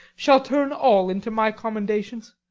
shall turn all into my commendations.